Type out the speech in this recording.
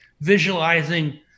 visualizing